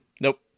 Nope